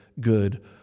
good